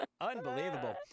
Unbelievable